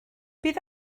bydd